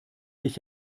dich